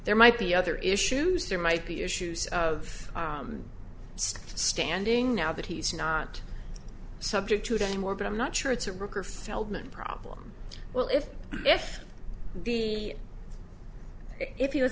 there might be other issues there might be issues of standing now that he's not subject to it anymore but i'm not sure it's a ricker feldmann problem well if if the if he was